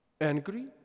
angry